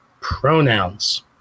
pronouns